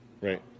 Right